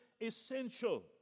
essential